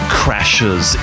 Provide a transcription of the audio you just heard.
crashes